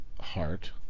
heart